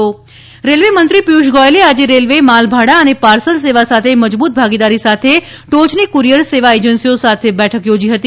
railway Piyush Goyal railway મંત્રી પિયુષ ગોયલે આજે રેલ્વે માલભાડા અને પાર્સલ સેવા સાથે મજબૂત ભાગીદારી માટે ટોચની કુરિયર સેવા એજન્સીઓ સાથે બેઠક યોજી હતી